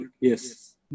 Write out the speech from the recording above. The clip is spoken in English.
yes